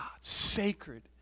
Sacred